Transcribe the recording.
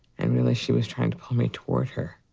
and really she was trying to pull me toward her.